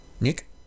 Nick